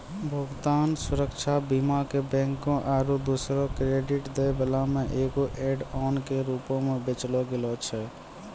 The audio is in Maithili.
भुगतान सुरक्षा बीमा के बैंको आरु दोसरो क्रेडिट दै बाला मे एगो ऐड ऑन के रूपो मे बेचलो गैलो छलै